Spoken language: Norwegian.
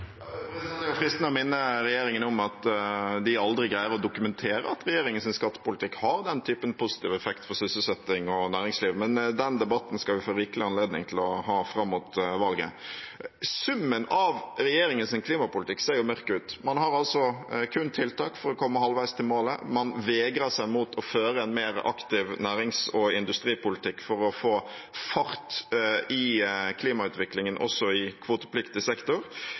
Det er jo fristende å minne regjeringen om at de aldri greier å dokumentere at regjeringens skattepolitikk har den typen positiv effekt på sysselsetting og næringsliv. Men den debatten skal vi få rikelig anledning til å ha fram mot valget. Summen av regjeringens klimapolitikk ser jo mørk ut. Man har altså kun tiltak for å komme halvveis til målet, man vegrer seg mot å føre en mer aktiv nærings- og industripolitikk for å få fart i klimautviklingen også i kvotepliktig sektor.